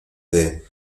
the